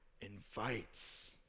invites